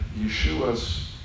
Yeshua's